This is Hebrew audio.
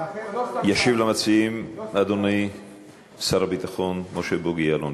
ישיב למציעים אדוני שר הביטחון משה בוגי יעלון.